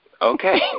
Okay